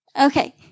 Okay